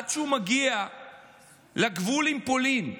עד שהוא מגיע לגבול עם פולין,